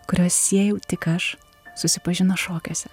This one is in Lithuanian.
kuriuos siejau tik aš susipažino šokiuose